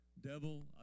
devil